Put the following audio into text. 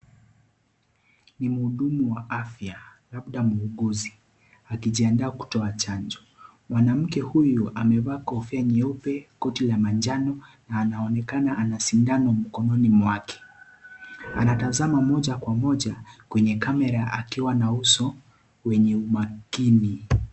Ni mhudumu wa afya labda muuguzi akijiandaa kutoa chanjo. Mwanamke huyu amevaa kofia nyeupe, koti la manjano na anaonekana ana sindano mkononi mwake. Anatazama moja kwa moja kwenye kamera akiwa na uso wenye umakini.